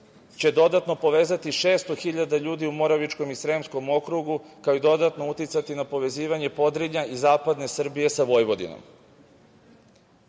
će dodatno povezati 600.000 ljudi u Moravičkom i Sremskog okrugu, kao i dodatno uticati na povezivanja Podrinja i zapadne Srbije sa Vojvodinom. Ovaj